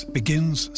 begins